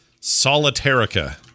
Solitarica